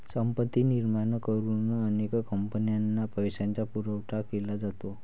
संपत्ती निर्माण करून अनेक कंपन्यांना पैशाचा पुरवठा केला जातो